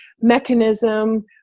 mechanism